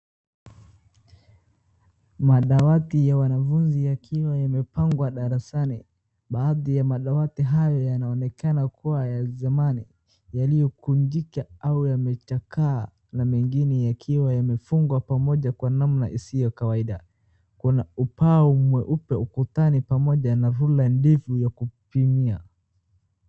Madawati ya wanafunzi yakiwa yamepangwa darasani. Baadhi ya madawati hayo yanaonekana kuwa ya zamani yaliokunjika au yamechakaa na mengine yakiwa yamefungwa pamoja kwa namna isiyokuwa ya kawaida. Kuna ubao mweupe ukutani pamoja na rula ndefu ya kupimia.